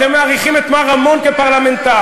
אתם מעריכים את מר רמון כפרלמנטר,